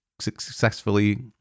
successfully